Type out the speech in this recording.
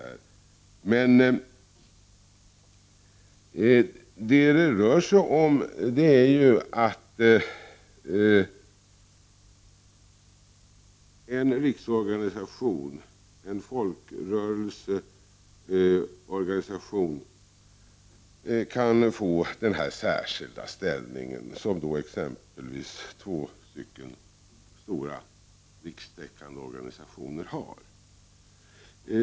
Vad frågan rör sig om är att en riksorganisation, en folkrörelseorganisation, kan få denna särskilda ställning som exempelvis två rikstäckande organisationer har.